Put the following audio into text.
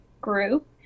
Group